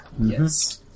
Yes